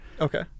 Okay